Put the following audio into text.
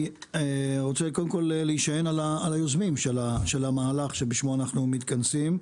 אני רוצה להישען על היוזמים של המהלך בשמו אנחנו מתכנסים.